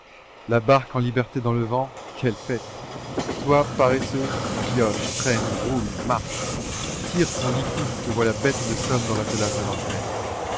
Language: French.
la barque en liberté dans le vent quelle fête toi paresseux pioche traîne roule marche tire ton licou te voilà bête de somme dans l'attelage de l'enfer